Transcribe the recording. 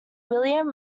william